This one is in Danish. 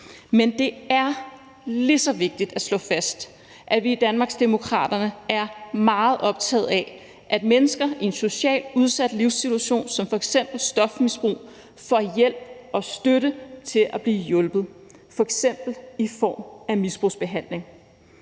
Men det er lige så vigtigt at slå fast, at vi i Danmarksdemokraterne er meget optaget af, at mennesker i en socialt udsat livssituation som f.eks. stofmisbrug får hjælp og støtte til at blive hjulpet, f.eks. i form af misbrugsbehandling.